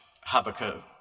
Habakkuk